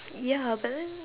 ya but then